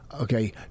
Okay